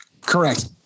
Correct